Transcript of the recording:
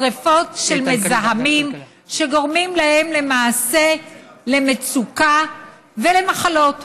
שרפות של מזהמים שגורמים להם למעשה למצוקה ולמחלות.